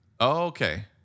Okay